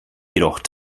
jedoch